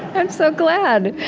i'm so glad